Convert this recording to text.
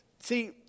See